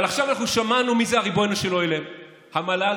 אבל עכשיו אנחנו שמענו מי זה ריבונו של עולם: המל"ל,